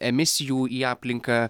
emisijų į aplinką